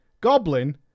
Goblin